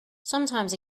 sometimes